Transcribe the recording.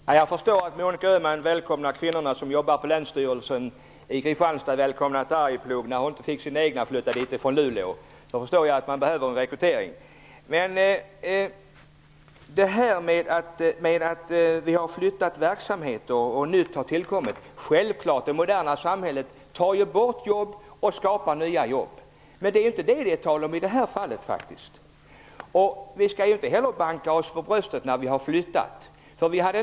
Fru talman! Jag förstår att Monica Öhman önskar kvinnorna som jobbar på Länsstyrelsen i Kristianstad välkomna till Arjeplog, eftersom hon inte fick sina egna att flytta dit ifrån Luleå. Då förstår jag att man behöver rekrytera. Det talas här om att vi har flyttat verksamhet och att ny verksamhet har tillkommit. Det är självklart. Det moderna samhället tar bort jobb och skapar nya jobb. Det är inte detta det är tal om i det här fallet. Vi skall inte heller slå oss för bröstet när vi har flyttat en verksamhet.